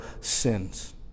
sins